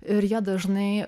ir jie dažnai